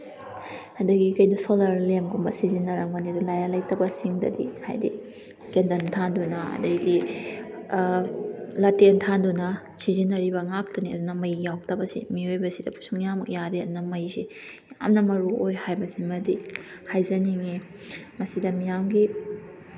ꯑꯗꯒꯤ ꯀꯩꯅꯣ ꯁꯣꯂꯥꯔ ꯂꯦꯝꯒꯨꯝꯕ ꯁꯤꯖꯤꯟꯅꯔꯝꯒꯅꯤ ꯑꯗꯨ ꯂꯥꯏꯔ ꯂꯩꯇꯕꯁꯤꯡꯗꯗꯤ ꯍꯥꯏꯗꯤ ꯀꯦꯟꯗꯜ ꯊꯥꯟꯗꯨꯅ ꯑꯗꯩꯗꯤ ꯂꯥꯇꯦꯟ ꯊꯥꯟꯗꯨꯅ ꯁꯤꯖꯤꯟꯅꯔꯤꯕ ꯉꯥꯛꯇꯅꯤ ꯑꯗꯨꯅ ꯃꯩ ꯌꯥꯎꯗꯕꯁꯦ ꯃꯤꯑꯣꯏꯕꯁꯤꯗ ꯁꯨꯡꯌꯥꯃꯛ ꯌꯥꯗꯦ ꯑꯗꯨꯅ ꯃꯩꯁꯤ ꯌꯥꯝꯅ ꯃꯔꯨꯑꯣꯏ ꯍꯥꯏꯕꯁꯤꯃꯗꯤ ꯍꯥꯏꯖꯅꯤꯡꯉꯤ ꯃꯁꯤꯗ ꯃꯤꯌꯥꯝꯒꯤ